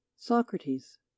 Socrates